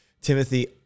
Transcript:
Timothy